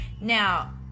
Now